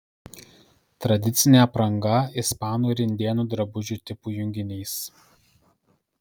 tradicinė apranga ispanų ir indėnų drabužių tipų junginys